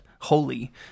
holy